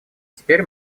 теперь